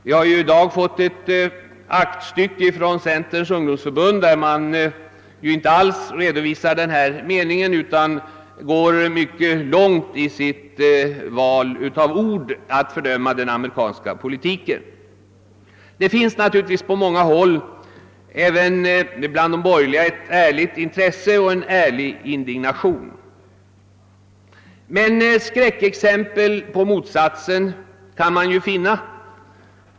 Vi har ju i dag fått ett aktstycke ifrån Centerns ungdomsförbund, där man redovisar sin mening och går mycket långt i sitt val av ord, när man fördömer den amerikanska politiken. Det finns naturligtvis på många håll även bland de borgerliga ett ärligt intresse och en ärlig indignation. Men skräckexempel på motsatsen kan man också finna.